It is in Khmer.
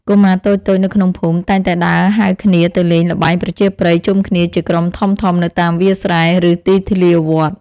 កុមារតូចៗនៅក្នុងភូមិតែងតែដើរហៅគ្នាទៅលេងល្បែងប្រជាប្រិយជុំគ្នាជាក្រុមធំៗនៅតាមវាលស្រែ ឬទីធ្លាវត្ត។